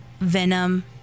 Venom